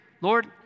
Lord